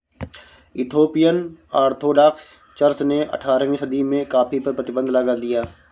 Ethiopian Orthodox Church ने अठारहवीं सदी में कॉफ़ी पर प्रतिबन्ध लगा दिया